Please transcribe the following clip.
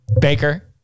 Baker